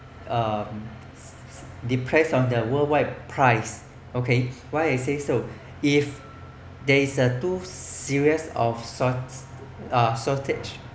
um the price of the worldwide price okay why I say so if there is a too serious of sort~ uh shortage